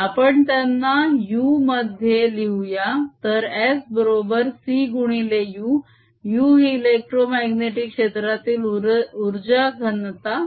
आपण त्यांना u मध्ये लिहूया तर s बरोबर c गुणिले u u ही इलेक्ट्रोमाग्नेटीक क्षेत्रातील उर्जा घनता